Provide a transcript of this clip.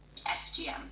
FGM